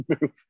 Move